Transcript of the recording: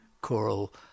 choral